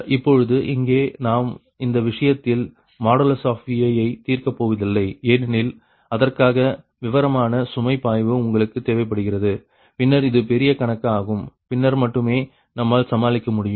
இப்பொழுது இங்கே நாம் இந்த விஷயத்தில் Vi ஐ தீர்க்கப் போவதில்லை ஏனெனில் அதற்காக விவரமான சுமை பாய்வு உங்களுக்கு தேவைப்படுகிறது பின்னர் இது பெரிய கணக்கு ஆகும் பின்னர் மட்டுமே நம்மால் சமாளிக்க முடியும்